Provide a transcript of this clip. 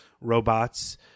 robots